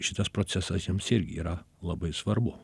šitas procesas jiems irgi yra labai svarbu